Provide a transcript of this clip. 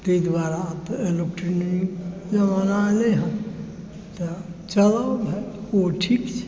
एहि दुआरे आब इलेक्ट्रॉनिक ज़माना एलै हँ तऽ चलऽ भाय ओ ठीक छै